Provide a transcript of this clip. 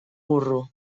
burro